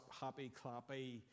happy-clappy